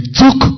took